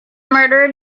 murderer